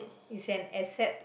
is an asset